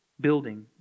building